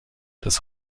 das